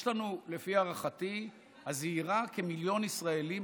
לפי הערכתי הזהירה יש לנו כמיליון ישראלים,